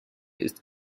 ist